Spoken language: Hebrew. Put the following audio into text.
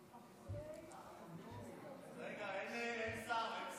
רגע, אין שר.